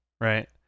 right